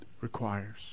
requires